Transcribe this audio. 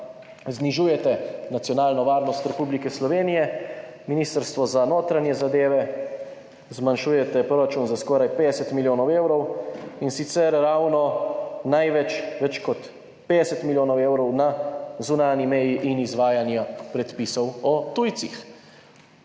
znižujete nacionalno varnost Republike Slovenije – Ministrstvu za notranje zadeve zmanjšujete proračun za skoraj 50 milijonov evrov, in sicer ravno največ, več kot 50 milijonov evrov, na zunanji meji in izvajanju predpisov o tujcih.